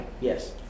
Yes